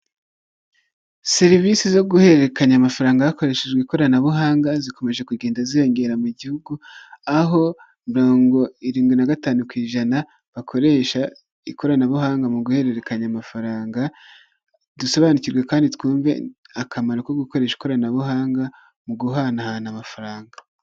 Serivisi zo guhererekanya amafaranga hakoreshejwe ikoranabuhanga zikomeje kugenda ziyongera mu gihugu, aho morongo irindwi na gatanu ku ijana bakoresha ikoranabuhanga mu guhererekanya amafaranga, dusobanukirwe kandi twumve akamaro ko gukoresha ikoranabuhanga mu guhanahana amafaranga.